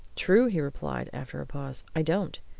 true! he replied, after a pause. i don't!